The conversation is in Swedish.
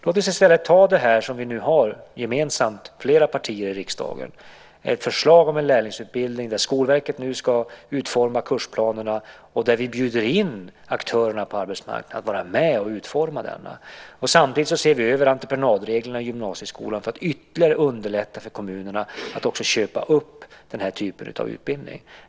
Låt oss i stället ta det flera partier i riksdagen nu har gemensamt, ett förslag om en lärlingsutbildning där Skolverket nu ska utforma kursplanerna och där vi bjuder in aktörerna på arbetsmarknaden att vara med och utforma denna. Samtidigt ser vi över entreprenadreglerna i gymnasieskolan för att ytterligare underlätta för kommunerna att också köpa upp den här typen av utbildning.